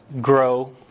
grow